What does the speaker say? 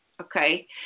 Okay